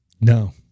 No